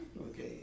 Okay